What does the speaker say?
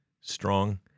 strong